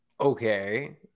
Okay